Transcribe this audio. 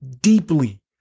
deeply